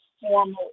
formal